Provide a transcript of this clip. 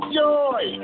joy